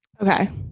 Okay